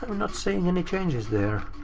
not seeing any changes there.